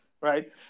right